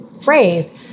phrase